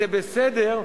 זה בסדר,